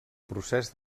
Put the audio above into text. progrés